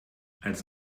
als